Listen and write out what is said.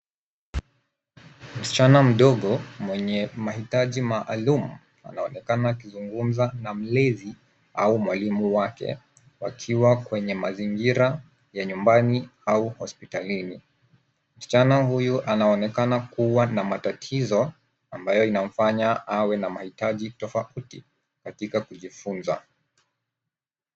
Msichana mdogo mwenye mahitaji maalum anaonekana akizungumza na mlezi au mwalimu wake wakiwa kwenye mazingira ya nyumbani au hospitalini. Msichana huyu anaonekana kuwa na matatizo ambayo inamfanya awe na mahitaji tofauti katika kujifunza.